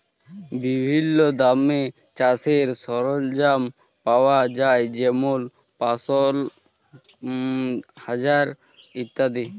বিভিল্ল্য দামে চাষের সরল্জাম পাউয়া যায় যেমল পাঁশশ, হাজার ইত্যাদি